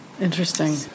Interesting